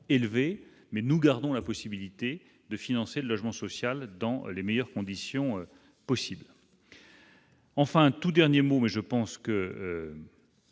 mais nous gardons la possibilité de financer le logement social dans les meilleures conditions possibles. Enfin, un tout dernier mot mais je pense que